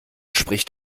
spricht